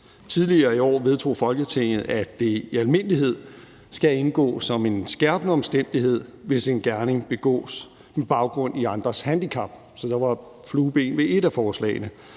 Tidligere i år vedtog Folketinget, at det i almindelighed skal indgå som en skærpende omstændighed, hvis en gerning begås med baggrund i andres handicap – så der var flueben ved et af forslagene.